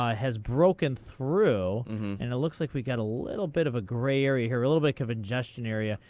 um has broken through, and it looks like we got a little bit of a gray area here, a little bit of ingestion area,